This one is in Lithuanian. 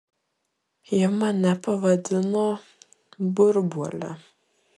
ji mane pavadino burbuole